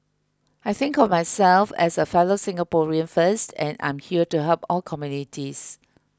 I think of myself as a fellow Singaporean first and I'm here to help all communities